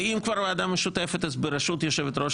ואם כבר ועדה משותפת אז בראשות יושבת ראש